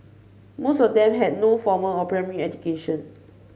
most of them had no formal or primary education